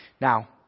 Now